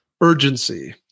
urgency